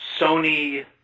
Sony